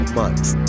months